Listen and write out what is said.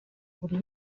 buri